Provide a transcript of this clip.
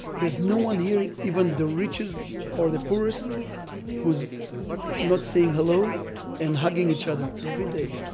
there's no one here, even the richest or the poorest who's not saying hello and hugging each other every day.